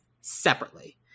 separately